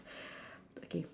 okay